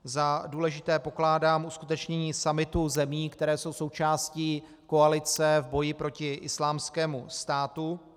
Za důležité pokládám uskutečnění summitu zemí, které jsou součástí koalice v boji proti Islámskému státu.